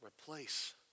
replace